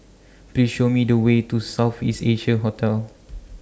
Please Show Me The Way to South East Asia Hotel